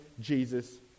Jesus